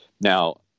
Now